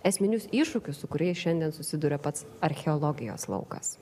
esminius iššūkius su kuriais šiandien susiduria pats archeologijos laukas